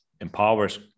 empowers